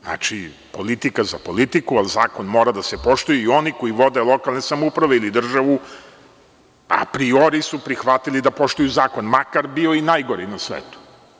Znači, politika za politiku, ali zakon mora da se poštuje i oni koji vode lokalne samouprave ili državu apriori su prihvatili da poštuju zakon, makar bio i najgori na svetu.